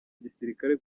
gisirikare